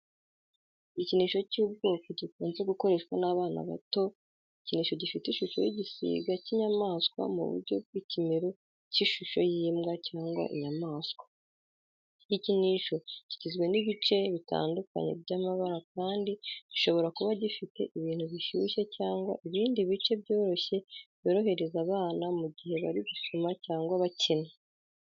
Igikinisho cy'ubwoko gikunze gukoreshwa n'abana bato igikinisho gifite ishusho y'igisiga cy'inyamaswa mu buryo bw'ikimero cy'ishusho y'imbwa cyangwa inyamaswa. Iki gikinisho kigizwe n'ibice bitandukanye by'amabara kandi gishobora kuba gifite ibintu bishyushye cyangwa ibindi bice byoroshye byorohereza abana mu gihe bari gusoma cyangwa bakina.